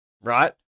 right